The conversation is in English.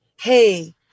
hey